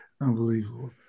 Unbelievable